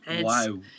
Wow